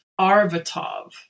Arvatov